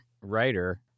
writer